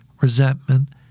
resentment